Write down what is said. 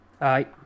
Aye